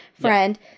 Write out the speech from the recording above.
friend